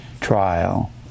trial